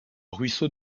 ruisseau